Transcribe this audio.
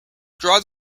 draw